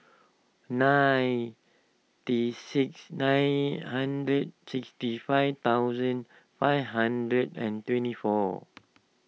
nine tea six nine hundred sixty five thousand five hundred and twenty four